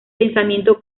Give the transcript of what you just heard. pensamiento